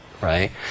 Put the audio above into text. Right